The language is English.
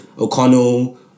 O'Connell